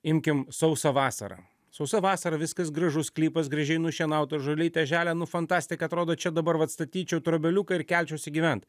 imkim sausą vasarą sausa vasara viskas gražus sklypas gražiai nušienauta žolytė želia nu fantastika atrodo čia dabar vat statyčiau trobeliuką ir kelčiausi gyvent